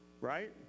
right